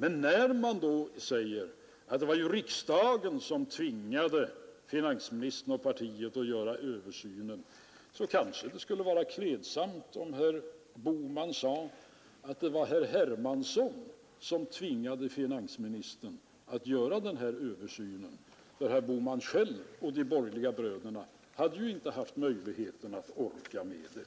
Men när man då säger att det var ju riksdagen som tvingade finansministern och regeringen att göra översynen, kanske det skulle varit klädsamt om herr Bohman hade sagt att det var herr Hermansson som tvingade finansministern att göra den här översynen — herr Bohman själv och de borgerliga bröderna hade inte orkat med